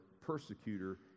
persecutor